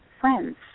friends